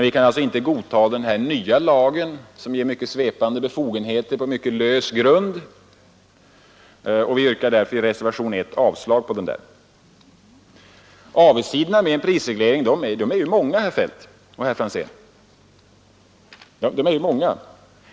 Vi kan inte godta den nu föreslagna lagen, som ger mycket svepande befogenheter på mycket lösa grunder. Vi yrkar därför i reservation 1 avslag på det förslaget. Avigsidorna med en prisreglering är ju många, herr Feldt och herr Franzén.